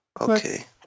Okay